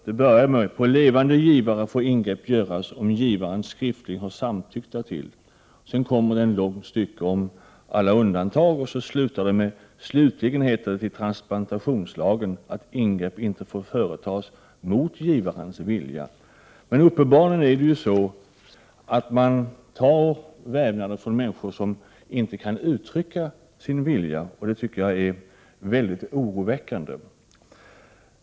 Ett stycke börjar: ”På levande givare får ingrepp göras om givaren skriftligen har samtyckt till det.” Sedan kommer ett långt avsnitt om alla undantag, varefter stycket avslutas med: ”Slutligen heter det i transplantationslagen att ingrepp inte får företas mot givarens vilja.” Men uppenbarligen tar man vävnader från människor som inte kan uttrycka sin vilja, och det tycker jag är mycket oroväckande.